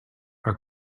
our